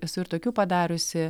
esu ir tokių padariusi